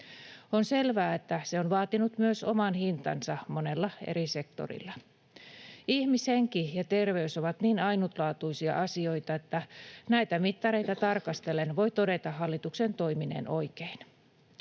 On selvää, että se on vaatinut myös oman hintansa monella eri sektorilla. Ihmishenki ja terveys ovat niin ainutlaatuisia asioita, että näitä mittareita tarkastellen voi todeta hallituksen toimineen oikein.